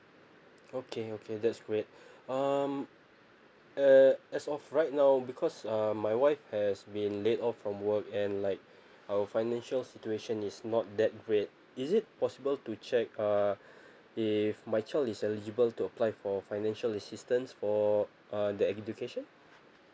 okay okay that's great um uh as of right now because um my wife has been laid off from work and like our financial situation is not that great is it possible to check uh if my child is eligible to apply for financial assistance for uh the education